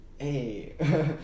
hey